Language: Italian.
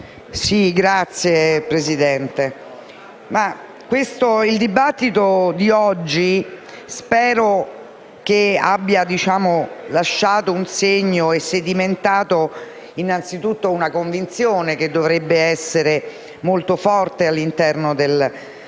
Signor Presidente, spero che il dibattito di oggi abbia lasciato un segno e sedimentato, innanzitutto, una convinzione che dovrebbe essere molto forte all'interno del Parlamento,